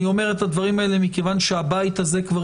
אני אומר את הדברים האלה מכיוון שהבית הזה כבר